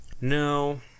No